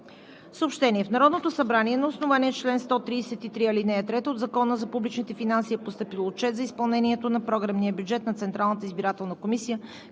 Съобщения: